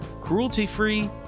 cruelty-free